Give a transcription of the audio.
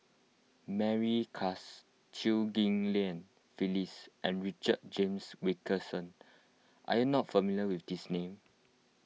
Mary Klass Chew Ghim Lian Phyllis and Richard James Wilkinson are you not familiar with these names